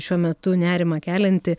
šiuo metu nerimą kelianti